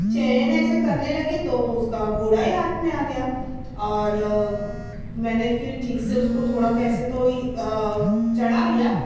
چین ایسے کرنے لگی تو اُس کا گھوڑا ہی ہاتھ میں آ گیا اور میں نے پھر ٹھیک سے اُس کو تھوڑا کیسے تو چڑھا لیا